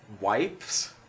wipes